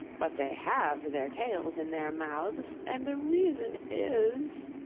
but they have their tails in their mouths and the reason is